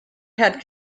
had